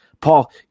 paul